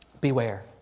Beware